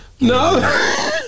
No